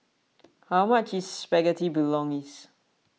how much is Spaghetti Bolognese